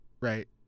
Right